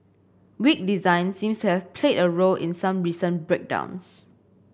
weak design seems to have played a role in some recent breakdowns